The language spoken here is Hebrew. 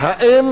האם